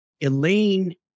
Elaine